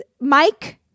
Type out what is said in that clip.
Mike